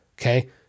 Okay